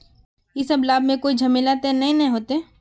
इ सब लाभ में कोई झमेला ते नय ने होते?